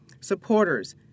supporters